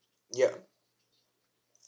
ya